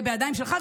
זה בידיים שלך.